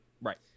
right